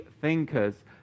thinkers